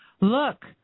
look